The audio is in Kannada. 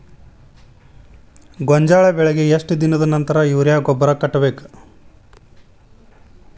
ಗೋಂಜಾಳ ಬೆಳೆಗೆ ಎಷ್ಟ್ ದಿನದ ನಂತರ ಯೂರಿಯಾ ಗೊಬ್ಬರ ಕಟ್ಟಬೇಕ?